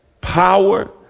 power